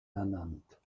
ernannt